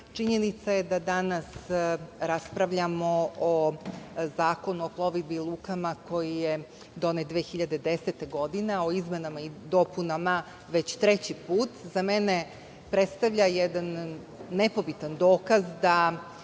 činjenica je da danas raspravljamo o Zakonu o plovidbi i lukama koji je donet 2010. godine, a o izmenama i dopunama već treći put, za mene predstavlja jedan nepobitan dokaz da